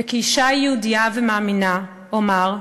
וכאישה יהודייה ומאמינה אומר: